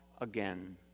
again